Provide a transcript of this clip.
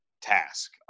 task